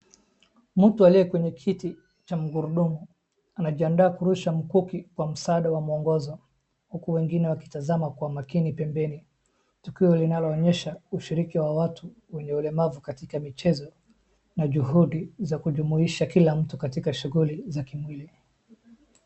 Mtu aliye kwenye kiti cha mgurudumo anajiandaa kurusha mkuki kwa msaada wa muongozo, huku wengine wakitazama kwa makini pembeni. Tukio linaloonyesha ushiriki wa watu wenye ulemavu katika michezo na juhudi za kujumuisha kila mtu katika shughuli za kimwili.